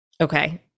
okay